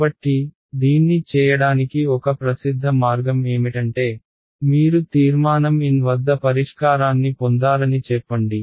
కాబట్టి దీన్ని చేయడానికి ఒక ప్రసిద్ధ మార్గం ఏమిటంటే మీరు తీర్మానం N వద్ద పరిష్కారాన్ని పొందారని చెప్పండి